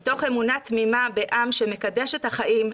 מתוך אמונה תמימה בעם שמקדש את החיים,